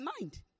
mind